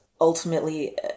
ultimately